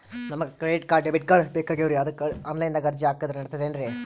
ನಮಗ credit card, debit card ಬೇಕಾಗ್ಯಾವ್ರೀ ಅದಕ್ಕ ಆನಲೈನದಾಗ ಅರ್ಜಿ ಹಾಕಿದ್ರ ನಡಿತದೇನ್ರಿ?